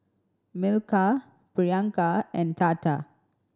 Milkha Priyanka and Tata